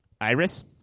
Iris